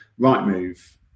Rightmove